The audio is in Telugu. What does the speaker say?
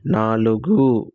నాలుగు